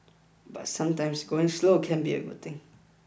but sometimes going slow can be a good thing